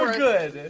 good!